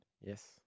Yes